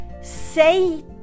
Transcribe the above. say